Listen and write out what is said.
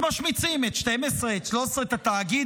אז משמיצים את 12, את 13, את התאגיד.